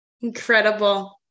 Incredible